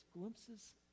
glimpses